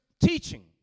teaching